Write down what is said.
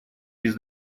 без